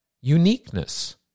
Uniqueness